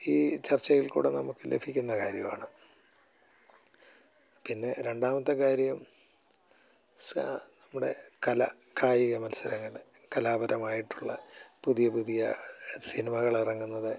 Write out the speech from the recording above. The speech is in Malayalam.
ഈ ചർച്ചയിൽ കൂടി നമ്മൾക്ക് ലഭിക്കുന്ന കാര്യമാണ് പിന്നെ രണ്ടാമത്തെ കാര്യം നമ്മുടെ കല കായിക മത്സരങ്ങൾ കലാപരമായിട്ടുള്ള പുതിയ പുതിയ സിനിമകൾ ഇറങ്ങുന്നത്